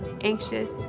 anxious